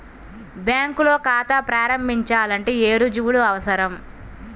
బ్యాంకులో ఖాతా ప్రారంభించాలంటే ఏ రుజువులు అవసరం?